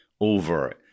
over